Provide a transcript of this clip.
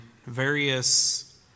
various